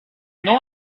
nom